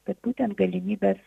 bet būtent galimybės